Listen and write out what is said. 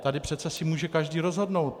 Tady si přece může každý rozhodnout.